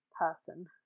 person